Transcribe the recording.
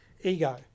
Ego